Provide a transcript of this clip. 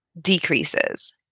decreases